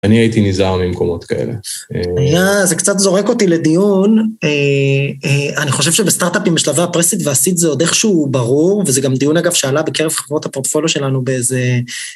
אני הייתי ניזהר ממקומות כאלה. היה, זה קצת זורק אותי לדיון. אני חושב שבסטארט-אפ עם בשלבי הפרה סיד והסידת זה עוד איכשהו ברור, וזה גם דיון אגב שעלה בקרב חברות הפורטפולו שלנו באיזה...